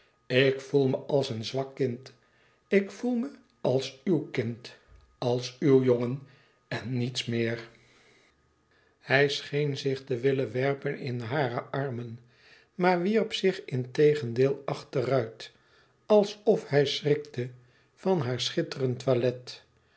ik voel me als een zwak kind ik voel me als uw kind als uw jongen en niets meer hij scheen zich te willen werpen in hare armen maar wierp zich integendeel achteruit alsof hij schrikte van haar schitterend toilet